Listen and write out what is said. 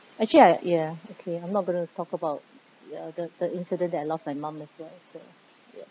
actually I ya okay I'm not going to talk about ya the the incident that I lost my mum as well so ya